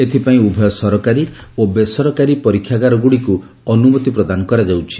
ଏଥିପାଇଁ ଉଭୟ ସରକାରୀ ଓ ବେସରକାରୀ ପରୀକ୍ଷାଗାର ଗୁଡ଼ିକୁ ଅନୁମତି ପ୍ରଦାନ କରାଯାଉଛି